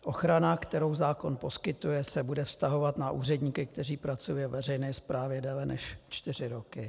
Ochrana, kterou zákon poskytuje, se bude vztahovat na úředníky, kteří pracují ve veřejné správě déle než čtyři roky.